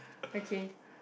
okay